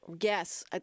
Yes